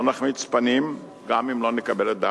לא נחמיץ פנים גם אם לא נקבל את דעתם.